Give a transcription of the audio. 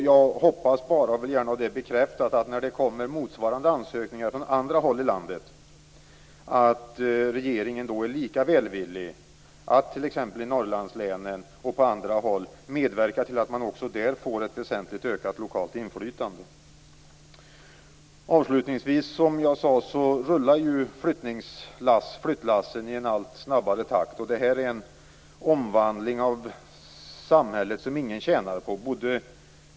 Jag hoppas bara - och vill gärna ha det bekräftat - att regeringen när det kommer motsvarande ansökningar från andra håll i landet är lika välvillig att i t.ex. Norrlandslänen medverka till ett väsentligt ökat lokalt inflytande. Avslutningsvis: Flyttlassen rullar i en allt snabbare takt. Detta är en omvandling av samhället som ingen tjänar på.